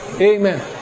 Amen